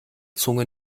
zunge